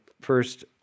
first